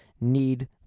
need